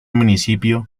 municipio